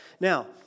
Now